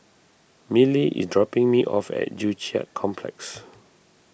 Milly is dropping me off at Joo Chiat Complex